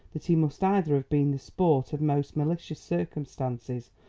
that he must either have been the sport of most malicious circumstances,